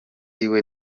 iwe